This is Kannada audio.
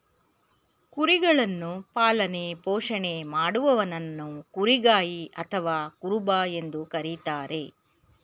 ಕುರಿಗಳನ್ನು ಪಾಲನೆ ಪೋಷಣೆ ಮಾಡುವವನನ್ನು ಕುರಿಗಾಯಿ ಅಥವಾ ಕುರುಬ ಎಂದು ಕರಿತಾರೆ